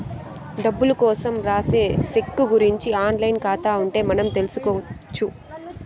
డబ్బులు కోసం రాసే సెక్కు గురుంచి ఆన్ లైన్ ఖాతా ఉంటే మనం తెల్సుకొచ్చు